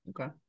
Okay